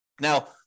Now